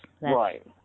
Right